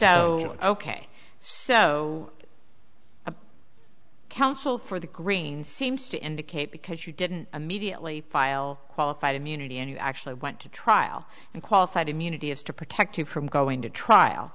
well ok so the counsel for the green seems to indicate because you didn't immediately file qualified immunity and you actually went to trial and qualified immunity is to protect you from going to trial